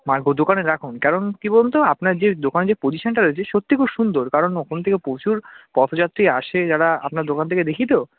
দোকানে রাখুন কারণ কী বলুন তো আপনার যে দোকান যে পজিশানটা রয়েছে সত্যি খুব সুন্দর কারণ ওখান থেকে পোচুর পথযাত্রী আসে যারা আপনার দোকান থেকে দেখি তো